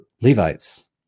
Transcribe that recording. Levites